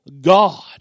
God